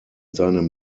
seinem